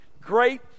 great